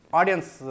audience